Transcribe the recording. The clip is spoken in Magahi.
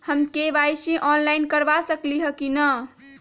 हम के.वाई.सी ऑनलाइन करवा सकली ह कि न?